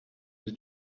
with